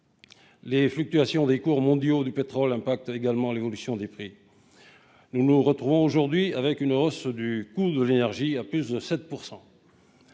Les fluctuations des cours mondiaux du pétrole affectent également l'évolution des prix ; ainsi nous retrouvons-nous aujourd'hui à subir une hausse du coût de l'énergie de plus de 7 %.